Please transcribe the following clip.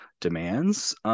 demands